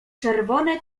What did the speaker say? czerwone